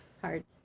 hard